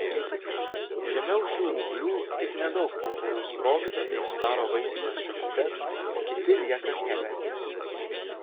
žemiau šių ūglių tik nedaug pumpurų sprogsta bei sudaro vaisines šakutes o kiti lieka miegantys